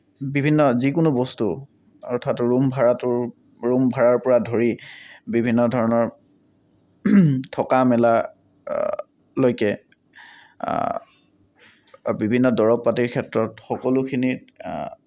বিভিন্ন যিকোনো বস্তু অৰ্থাৎ ৰুম ভাড়াটোৰ ৰুমভাড়াৰ পৰা ধৰি বিভিন্ন ধৰণৰ থকা মেলা লৈকে বিভিন্ন দৰৱ পাতিৰ ক্ষেত্ৰত সকলোখিনিত